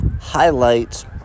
highlights